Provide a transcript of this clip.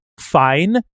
fine